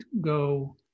go